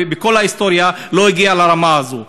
כל ההיסטוריה לא הגיעה לרמה הזאת.